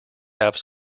have